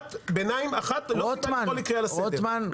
הערתי קריאת ביניים אחת ועל זה קריאה לסדר --- רוטמן,